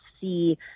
see